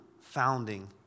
founding